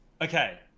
Okay